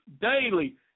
daily